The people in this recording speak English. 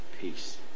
peace